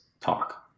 talk